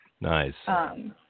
Nice